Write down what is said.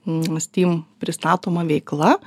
steam pristatoma veikla